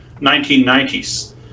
1990s